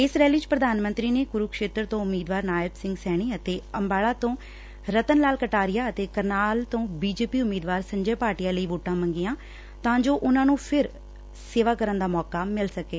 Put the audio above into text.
ਇਸ ਰੈਲੀ ਚ ਪ੍ਰਧਾਨ ਮੰਤਰੀ ਨੇ ਕੁਰਕਸ਼ੇਤਰ ਤੋਂ ਉਮੀਦਵਾਰ ਨਾਇਬ ਸਿੰਘ ਸੈਣੀ ਅਤੇ ਅੰਬਾਲਾ ਤੋ ਰਤਨ ਲਾਲ ਕਟਾਰੀਆ ਅਤੇ ਕਰਨਾਲ ਤੋ ਬੀਜੇਪੀ ਉਮੀਦਵਾਰ ਸੰਜੇ ਭਾਟੀਆ ਲਈ ਵੋਟਾ ਮੰਗੀਆਂ ਤਾਂ ਜੋ ਉਨ੍ਹਾਂ ਨੂੰ ਫਿਰ ਸੇਵਾ ਕਰਨ ਦਾ ਮੌਕਾ ਮਿਲ ਸਕੇ